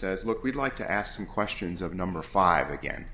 says look we'd like to ask some questions of number five again